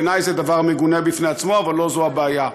בעיני זה דבר מגונה בפני עצמו, אבל לא זו הבעיה.